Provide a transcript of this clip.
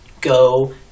Go